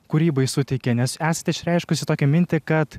kūrybai suteikia nes esate išreiškusi tokią mintį kad